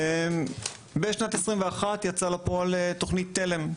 בשנת 21 יצאה לפועל תוכנית תל"מ.